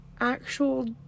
actual